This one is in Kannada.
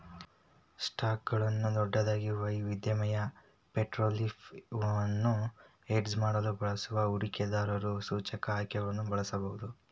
ಸ್ಟಾಕ್ಗಳ ದೊಡ್ಡದಾದ, ವೈವಿಧ್ಯಮಯ ಪೋರ್ಟ್ಫೋಲಿಯೊವನ್ನು ಹೆಡ್ಜ್ ಮಾಡಲು ಬಯಸುವ ಹೂಡಿಕೆದಾರರು ಸೂಚ್ಯಂಕ ಆಯ್ಕೆಗಳನ್ನು ಬಳಸಬಹುದು